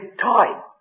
time